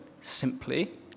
simply